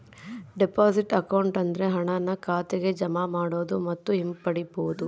deposit account ಅಂದ್ರೆ ಹಣನ ಖಾತೆಗೆ ಜಮಾ ಮಾಡೋದು ಮತ್ತು ಹಿಂಪಡಿಬೋದು